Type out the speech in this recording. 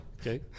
Okay